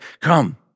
come